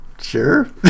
Sure